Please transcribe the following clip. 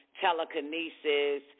telekinesis